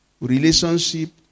Relationship